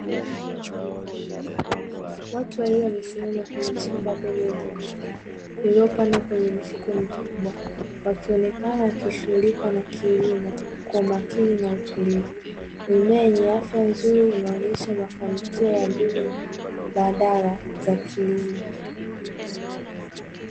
Watu wawili wamesimama kwenye shamba dogo la mimea iliyopandwa kwenye mifuko mikubwa, wakionekana wakishughulika na kilimo kwa umakini na utulivu. Mimea yenye afya nzuri inaonyesha mafanikio ya mbinu mbadala za kilimo.